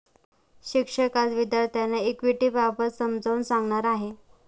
शिक्षक आज विद्यार्थ्यांना इक्विटिबाबत समजावून सांगणार आहेत